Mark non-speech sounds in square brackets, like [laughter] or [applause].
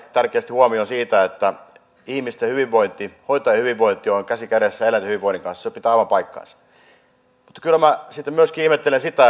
huomiota ihmisten hyvinvointi hoitajien hyvinvointi on käsi kädessä eläinten hyvinvoinnin kanssa se pitää aivan paikkansa mutta kyllä minä sitten myöskin ihmettelen sitä [unintelligible]